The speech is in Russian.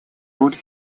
роль